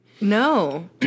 No